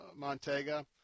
Montega